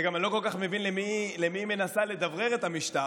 ואני גם לא כל כך מבין למי היא מנסה לדברר את המשטר,